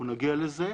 אנחנו נגיע לזה.